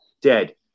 Dead